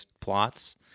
plots